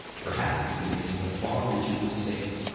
perhaps even into the far reaches of space.